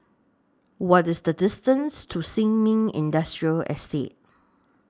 What IS The distance to Sin Ming Industrial Estate